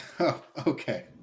okay